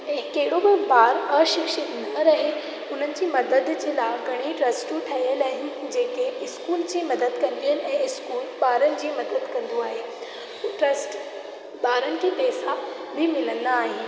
ऐं कहिड़ो बि ॿारु अशिक्षित न रहे उन्हनि जी मदद जे लाइ घणेई ट्रस्टूं ठहियलु आहिनि जेके स्कूल जी मदद कंदियूं आहिनि ऐं स्कूल ॿारनि जी मदद कंदो आहे ट्रस्ट ॿारनि खे पैसा बि मिलंदा आहिनि